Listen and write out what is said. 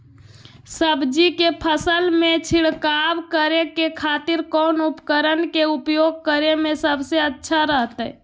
सब्जी के फसल में छिड़काव करे के खातिर कौन उपकरण के उपयोग करें में सबसे अच्छा रहतय?